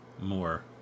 more